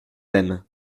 aiment